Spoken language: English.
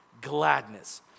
gladness